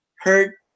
hurt